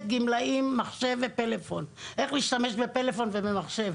גמלאים מחשב ופלאפון איך להשתמש בפלאפון ובמחשב.